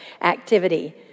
activity